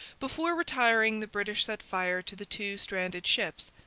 before retiring the british set fire to the two stranded ships.